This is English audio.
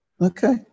Okay